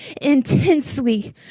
intensely